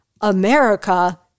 America